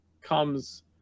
comes